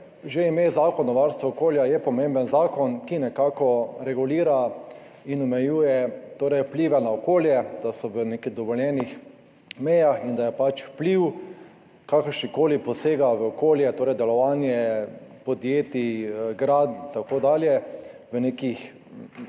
Že ime Zakon o varstvu okolja je pomemben zakon, ki nekako regulira in omejuje vplive na okolje, da so v nekih dovoljenih mejah in da je vpliv kakršnegakoli posega v okolje, torej delovanja podjetij, gradenj in tako dalje, v nekih